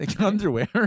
underwear